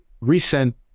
recent